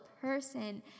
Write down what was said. person